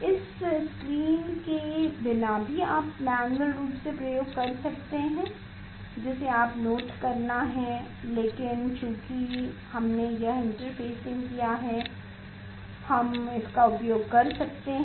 इस स्क्रीन के बिना भी आप मैन्युअल रूप से प्रयोग कर सकते हैं जिसे आपको नोट करना है लेकिन चूंकि हमने यह इंटरफेसिंग किया है हम इसका उपयोग कर रहे हैं